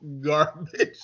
garbage